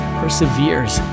perseveres